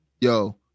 yo